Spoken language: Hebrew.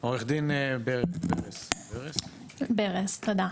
עורכת דין ליאור ברס, בבקשה.